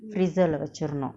freezer and chill not